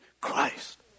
Christ